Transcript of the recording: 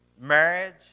marriage